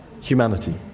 humanity